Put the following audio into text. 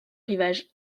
rivage